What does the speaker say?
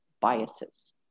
biases